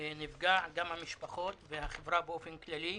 נפגע וגם המשפחות והחברה באופן כללי.